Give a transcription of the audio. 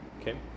Okay